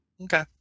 Okay